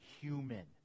human